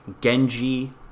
Genji